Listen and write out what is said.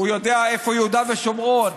הוא יודע איפה יהודה ושומרון.